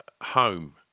home